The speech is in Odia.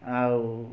ଆଉ